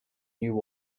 new